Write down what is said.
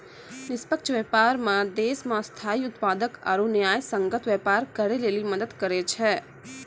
निष्पक्ष व्यापार मे देश मे स्थायी उत्पादक आरू न्यायसंगत व्यापार करै लेली मदद करै छै